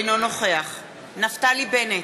אינו נוכח נפתלי בנט,